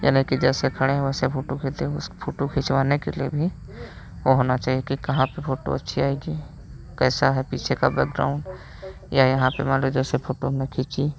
यानि कि जैसे खड़े हैं वैसा फोटो खींचे उस फोटो खिंचवाने के लिए भी वो होना चाहिए कि कहाँ पे फोटो अच्छी आएगी कैसा है पीछे का बैकग्राउंड या यहाँ पे मान लीजिए सब फोटो में खींची